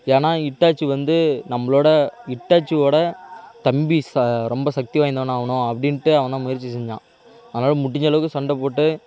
ஏன்னால் ஹிட்டாச்சி வந்து நம்மளோட ஹிட்டாச்சியோடய தம்பி ச ரொம்ப சக்தி வாய்ந்தவனாக ஆகணும் அப்படின்ட்டு அவன்தான் முயற்சி செஞ்சான் அதனால் முடிஞ்ச அளவுக்கு சண்டை போட்டு